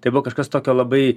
tai buvo kažkas tokio labai